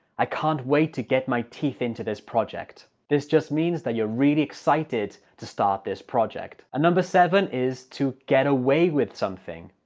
i can't wait to get my teeth into this project. this just means that you're really excited to start this project! and number seven is to get away with something.